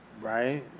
Right